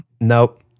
nope